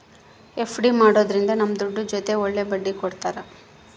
FD ಮಾಡೋದ್ರಿಂದ ನಮ್ ದುಡ್ಡು ಜೊತೆ ಒಳ್ಳೆ ಬಡ್ಡಿ ಕೊಡ್ತಾರ